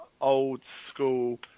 old-school